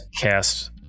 cast